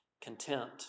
content